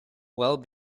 well